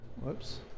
Whoops